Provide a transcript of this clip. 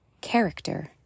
Character